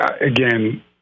again